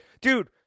dude